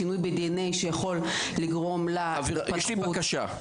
שינוי ב-DNA שיכול לגרום להתפתחות של --- יש לי בקשה,